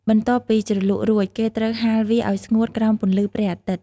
បន្ទាប់ពីជ្រលក់រួច គេត្រូវហាលវាឱ្យស្ងួតក្រោមពន្លឺព្រះអាទិត្យ។